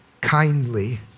kindly